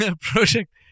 Project